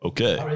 Okay